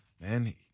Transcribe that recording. man